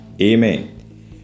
Amen